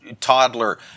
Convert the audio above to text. toddler